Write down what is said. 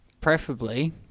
preferably